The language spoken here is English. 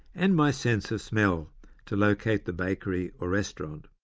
and my sense of smell to locate the bakery or restaurant.